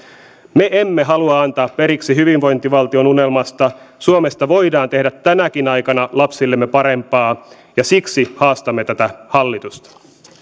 me emme halua antaa periksi hyvinvointivaltion unelmasta suomesta voidaan tehdä tänäkin aikana lapsillemme parempaa maata ja siksi haastamme tätä hallitusta